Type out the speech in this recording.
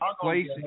place